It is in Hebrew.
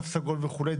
תו סגול וכולי,